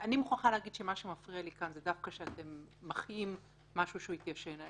אני מוכרחה להגיד שמה שמפריע לי כאן זה דווקא שאתם מחיים משהו שהתיישן.